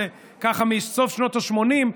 זה ככה מסוף שנות השמונים,